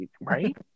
Right